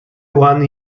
one